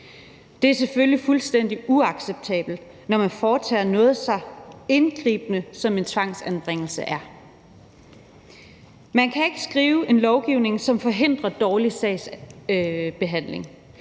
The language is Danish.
Det er selvfølgelig fuldstændig uacceptabelt, når man foretager noget så indgribende, som en tvangsanbringelse er. Man kan ikke skrive en lovgivning, som forhindrer dårlig sagsbehandling.